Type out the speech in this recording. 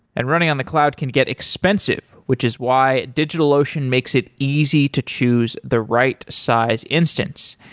and running on the cloud can get expensive, which is why digitalocean makes it easy to choose the right size instance.